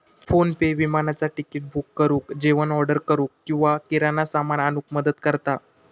PhonePe विमानाचा ticket book करुक, जेवण ऑर्डर करूक किंवा किराणा सामान आणूक मदत करता